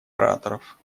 ораторов